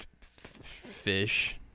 Fish